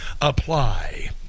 Apply